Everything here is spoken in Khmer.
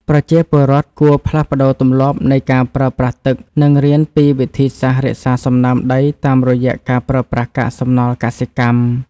ប្រជាពលរដ្ឋគួរផ្លាស់ប្តូរទម្លាប់នៃការប្រើប្រាស់ទឹក និងរៀនពីវិធីសាស្ត្ររក្សាសំណើមដីតាមរយៈការប្រើប្រាស់កាកសំណល់កសិកម្ម។